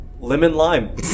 lemon-lime